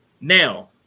Now